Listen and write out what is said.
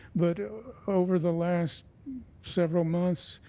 but over the last several months